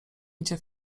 idzie